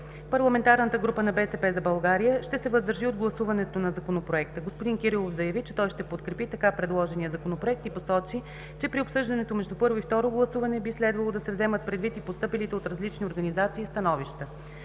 парламентарната група „БСП за България“ ще се въздържи при гласуването на Законопроекта. Господин Кирилов заяви, че той ще подкрепи така предложения Законопроект и посочи, че при обсъждането между първо и второ гласуване би следвало да се вземат предвид и постъпилите от различни организации становища.